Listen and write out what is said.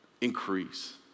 increase